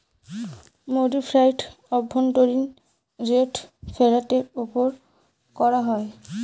modified অভ্যন্তরীন rate ফেরতের ওপর করা হয়